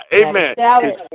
Amen